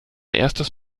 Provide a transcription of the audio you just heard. erstes